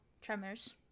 tremors